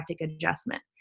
adjustment